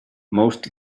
most